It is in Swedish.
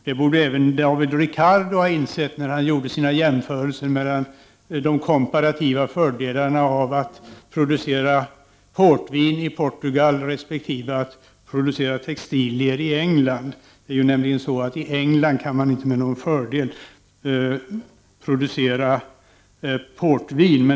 Det borde även Ricardo ha insett när han gjorde sina jämförelser mellan de komparativa fördelarna av att producera portvin i Portugal resp. att producera textilier i England. I England kan man nämligen inte med någon fördel producera portvin.